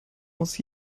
muss